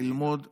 ללמוד נהיגה.